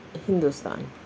Hindustan